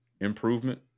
improvement